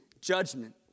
judgment